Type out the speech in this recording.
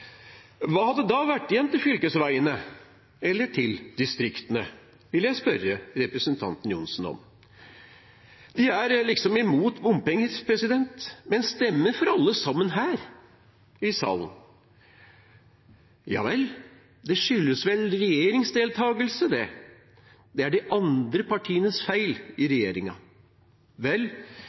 Hva hadde da vært igjen til fylkesveiene eller til distriktene, vil jeg spørre representanten Johnsen om. De er liksom imot bompenger, men stemmer for det her i salen. Det skyldes vel regjeringsdeltakelse, det er de andre partiene i regjeringen sin feil.